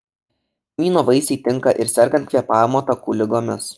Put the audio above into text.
kmyno vaisiai tinka ir sergant kvėpavimo takų ligomis